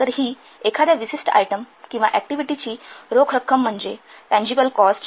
तर ही एखाद्या विशिष्ट आयटम किंवा ऍक्टिव्हिटी ची रोख रक्कम म्हणजे टँजिबल कॉस्ट